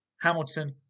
Hamilton